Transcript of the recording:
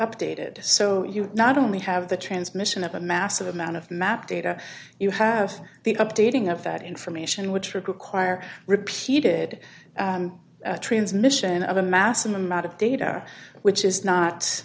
updated so you not only have the transmission of a massive amount of map data you have the updating of that information which require repeated transmission of a massive amount of data which is